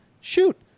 shoot